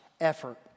effort